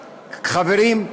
חברים,